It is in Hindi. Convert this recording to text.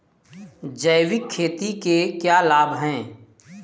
जैविक खेती के क्या लाभ हैं?